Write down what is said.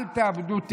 אל תאבדו תקווה.